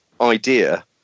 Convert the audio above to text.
idea